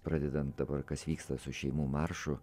pradedant dabar kas vyksta su šeimų maršu